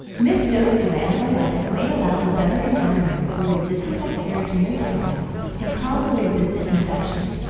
missed doses of antibiotics may allow a better environment for resistant bacteria to multiply and cause a resistant infection.